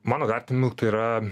mano vertinimu tai yra